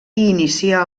inicià